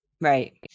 Right